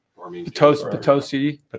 Potosi